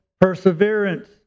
perseverance